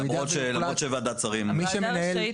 למרות שוועדת השרים --- הוועדה רשאית